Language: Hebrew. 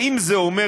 האם זה אומר,